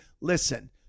listen